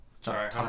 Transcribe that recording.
Sorry